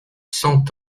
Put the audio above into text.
cent